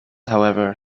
however